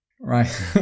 Right